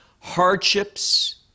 hardships